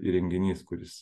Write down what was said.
įrenginys kuris